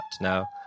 Now